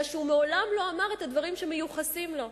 אלא שהוא מעולם לא אמר את הדברים שמיוחסים לו.